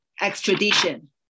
extradition